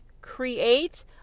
create